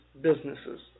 businesses